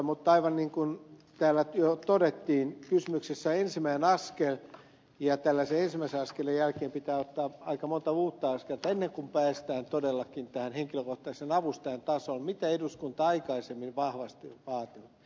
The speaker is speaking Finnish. mutta aivan niin kuin täällä jo todettiin kysymyksessä on ensimmäinen askel ja tällaisen ensimmäisen askeleen jälkeen pitää ottaa aika monta uutta askelta ennen kuin päästään todellakin tähän henkilökohtaisen avustajan tasoon mitä eduskunta aikaisemmin vahvasti on vaatinut